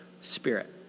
spirit